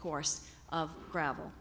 course of gravel